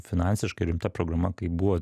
finansiškai rimta programa kai buvo